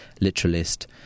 literalist